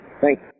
Thanks